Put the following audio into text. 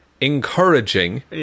encouraging